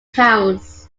towns